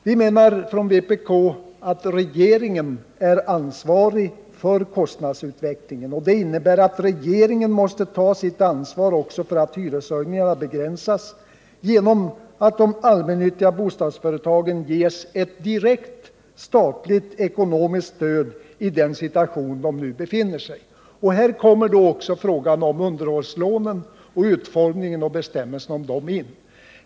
Vi menar från vpk att regeringen är ansvarig för kostnadsutvecklingen, och det innebär att regeringen måste ta sitt ansvar också för att hyreshöjningarna begränsas genom att de allmännyttiga bostadsföretagen ges ett direkt statligt ekonomiskt stöd i den situation där de nu befinner sig. Här kommer också frågan om underhållslånen in — utformningen av dem.